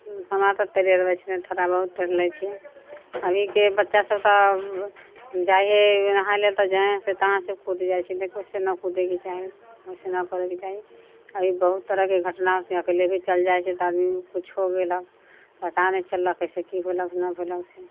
हमरा तऽ तैरे अबै छै नहि थोड़ा बहुत तैर लै छियै अभीके बच्चा सभ तऽ जाइए नहाइ लए तऽ जहाँसँ तहाँसँ कूद जाइ छै देखबै वैसे नहि कूदैके चाही वैसे नहि करैके चाही अभी बहुत तरहके घटना से अकेले भी चल जाइ छै तऽ आदमी कुछ हो गेलक पता नहि चललक कैसे की होलक नहि होलक से